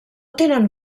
tenen